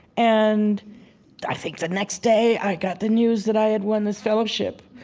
and i think the next day, i got the news that i had won this fellowship.